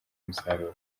umusaruro